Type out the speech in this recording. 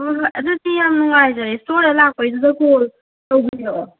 ꯍꯣꯏ ꯍꯣꯏ ꯑꯗꯨꯗꯤ ꯌꯥꯝ ꯅꯨꯡꯉꯥꯏꯖꯔꯦ ꯁ꯭ꯇꯣꯔꯗ ꯂꯥꯛꯄꯒꯤꯗꯨꯗ ꯀꯣꯜ ꯇꯧꯕꯤꯔꯛꯑꯣ